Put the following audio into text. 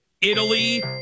Italy